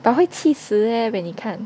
but 会气死 meh when 你看